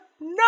no